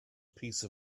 piece